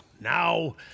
now